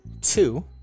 two